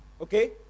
Okay